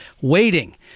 waiting